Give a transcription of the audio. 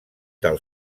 del